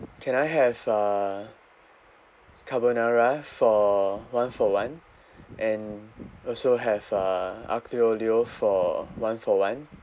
can I have uh carbonara for one-for-one and also have uh aglio-olio for one-for-one